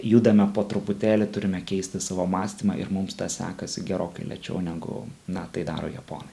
judame po truputėlį turime keisti savo mąstymą ir mums sekasi gerokai lėčiau negu na tai daro japonai